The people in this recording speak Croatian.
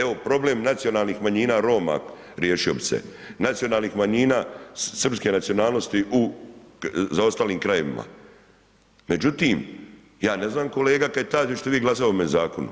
Evo, problem nacionalnih manjina Roma riješio bi se, nacionalnih manjina srpske nacionalnosti u zaostalim krajevima, međutim, ja ne znam kolega Kajtazi hoćete li glasati o ovome zakonu,